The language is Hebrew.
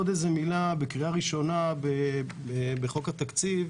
בקריאה ראשונה בחוק התקציב